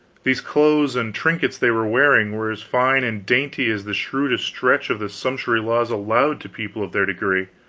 these clothes and trinkets they were wearing were as fine and dainty as the shrewdest stretch of the sumptuary laws allowed to people of their degree